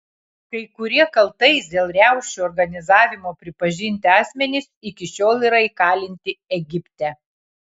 kai kurie kaltais dėl riaušių organizavimo pripažinti asmenys iki šiol yra įkalinti egipte